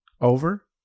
over